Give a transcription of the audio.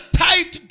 tight